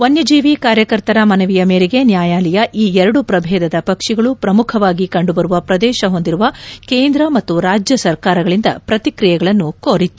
ವನ್ಯಜೀವಿ ಕಾರ್ಯಕರ್ತರ ಮನವಿಯ ಮೇರೆಗೆ ನ್ಯಾಯಾಲಯ ಈ ಎರಡು ಪ್ರಭೇದದ ಪಕ್ಷಿಗಳು ಪ್ರಮುಖವಾಗಿ ಕಂಡುಬರುವ ಪ್ರದೇಶ ಹೊಂದಿರುವ ಕೇಂದ್ರ ಮತ್ತು ರಾಜ್ಯ ಸರ್ಕಾರಗಳಿಂದ ಪ್ರತಿಕ್ರಿಯೆಗಳನ್ನು ಕೋರಿತ್ತು